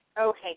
Okay